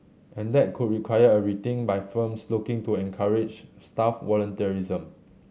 and that could require a rethink by firms looking to encourage staff volunteerism